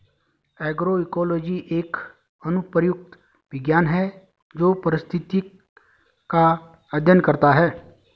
agroecology एक अनुप्रयुक्त विज्ञान है जो पारिस्थितिक का अध्ययन करता है